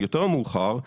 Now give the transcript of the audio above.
יותר מאוחר,